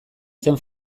zen